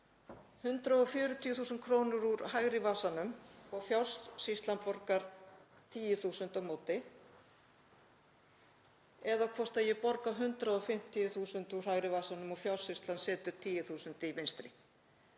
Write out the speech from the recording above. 140.000 kr. úr hægri vasanum og Fjársýslan borgar 10.000 á móti eða hvort að ég borga 150.000 úr hægri vasanum og Fjársýslan setur 10.000 í vinstri.